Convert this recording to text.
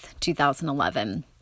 2011